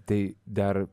tai dar